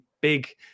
big